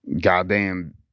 Goddamn